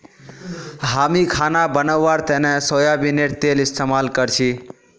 हामी खाना बनव्वार तने सोयाबीनेर तेल इस्तेमाल करछी